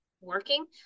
working